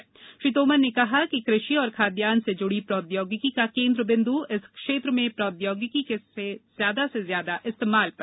श्री तोमर ने कहा कि श्री तोमर ने कहा कि कृषि और खाद्यान्न से जुड़ी प्रौद्योगिकी का केंद्र बिंदु इस क्षेत्र में प्रौद्योगिकी के ज्यादा से ज्यादा इस्तेमाल पर है